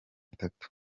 itatu